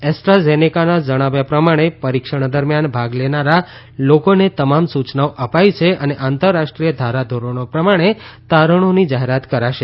એસ્ટ્રાઝેનેકાના જણાવ્યા પ્રમાણે પરીક્ષણ દરમિયાન ભાગ લેનારા લોકોને તમામ સૂચનાઓ અપાઇ છે અને આંતરરાષ્ટ્રીય ધારાધીરણી પ્રમાણે તારણીની જાહેરાત કરાશે